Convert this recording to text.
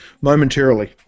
momentarily